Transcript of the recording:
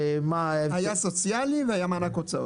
היה סוציאלי והיה מענק הוצאות.